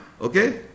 Okay